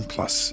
Plus